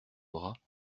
bras